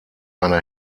eine